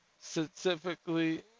Specifically